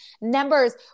numbers